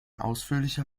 ausführlicher